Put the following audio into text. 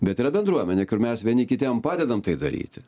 bet yra bendruomenė kur mes vieni kitiem padedam tai daryti